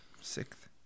sixth